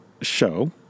show